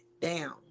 down